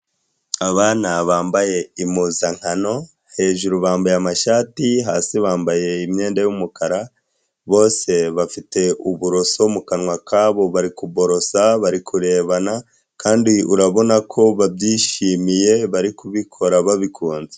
Abana bambaye impuzankano, hejuru bambaye amashati, hasi bambaye imyenda y'umukara, bose bafite uburoso mu kanwa kabo bari kuborosa, bari kurebana kandi urabona ko babyishimiye bari kubikora babikunze.